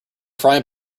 frying